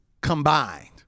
combined